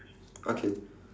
okay